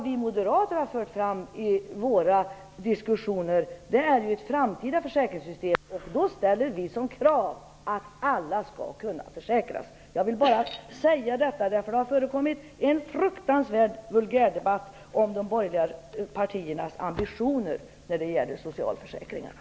Vi moderater har främst diskuterat ett framtida försäkringssystem. Det krav som vi då ställer är att alla skall kunna försäkras. Detta vill jag ha sagt, eftersom det har förekommit en fruktansvärd vulgärdebatt när det gäller de borgerliga partiernas ambitioner i fråga om socialförsäkringarna.